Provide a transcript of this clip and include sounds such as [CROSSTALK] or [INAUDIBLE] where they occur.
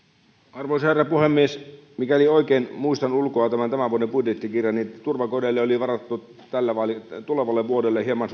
arvoisa herra puhemies mikäli oikein muistan ulkoa tämän tämän vuoden budjettikirjan niin turvakodeille on varattu tulevalle vuodelle hieman [UNINTELLIGIBLE]